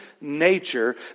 nature